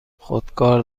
خودکار